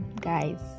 Guys